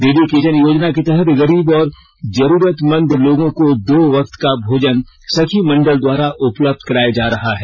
दीदी किचन योजना के तहत गरीब और जरूरतमंद लोगों को दो वक्त का भोजन सखी मंडल द्वारा उपलब्ध कराया जा रहा है